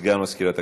לסגן מזכירת הכנסת.